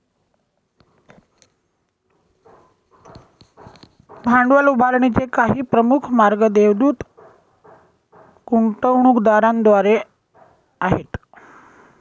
भांडवल उभारणीचे काही प्रमुख मार्ग देवदूत गुंतवणूकदारांद्वारे आहेत